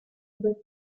but